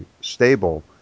stable